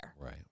right